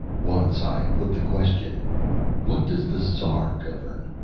once i put the question what does the czar govern?